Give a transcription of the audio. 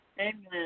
Amen